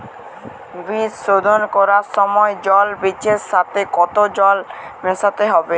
বীজ শোধন করার সময় জল বীজের সাথে কতো জল মেশাতে হবে?